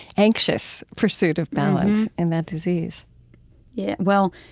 anxious pursuit of balance in that disease yeah well,